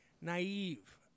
naive